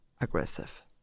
aggressive